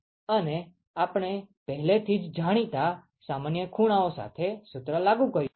અને આપણે પહેલાથી જ જાણીતા સામાન્ય ખૂણાઓ સાથે સૂત્ર લાગુ કર્યું છે